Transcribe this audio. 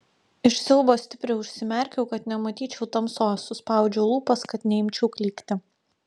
iš siaubo stipriai užsimerkiau kad nematyčiau tamsos suspaudžiau lūpas kad neimčiau klykti